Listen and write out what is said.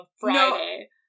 Friday